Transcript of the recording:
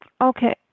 Okay